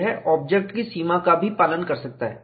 यह ऑब्जेक्ट की सीमा का भी पालन कर सकता है